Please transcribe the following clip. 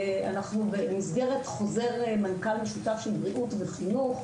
במסגרת חוזר מנכ"ל משותף של בריאות וחינוך,